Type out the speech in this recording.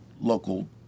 local